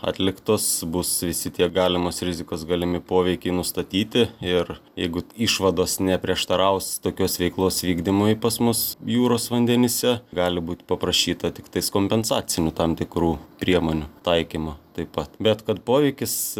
atliktos bus visi tie galimos rizikos galimi poveikiai nustatyti ir jeigu išvados neprieštaraus tokios veiklos vykdymui pas mus jūros vandenyse gali būt paprašyta tiktais kompensacinių tam tikrų priemonių taikymą taip pat bet kad poveikis